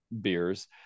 beers